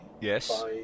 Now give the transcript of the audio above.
Yes